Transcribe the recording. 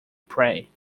prey